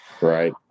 Right